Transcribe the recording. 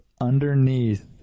underneath